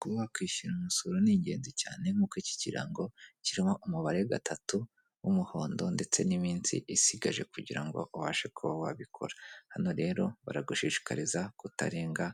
Kuba wakwishyura umusoro ni ingenzi cyane, nkuko iki kirango kirimo umubare gatatu w'umuhondo ndetse n'iminsi isigaje kugira ngo ubashe kuba wabikora, hano rero baragushishikariza kutarenga